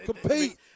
compete